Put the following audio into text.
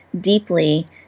deeply